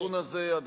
פה, זה לא מחייב.